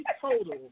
total